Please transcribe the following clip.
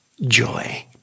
joy